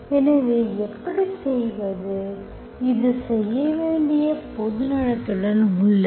எனவே எப்படி செய்வது இது செய்ய வேண்டிய பொதுநலத்துடன் உள்ளது